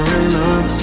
enough